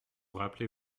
rappelez